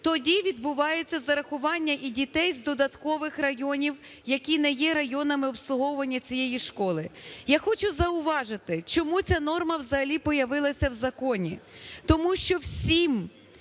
тоді відбувається зарахування і дітей з додаткових районів, які не є районами обслуговування цієї школи. Я хочу зауважити, чому ця норма взагалі появилася в законі. Тому що всім